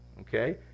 Okay